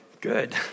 Good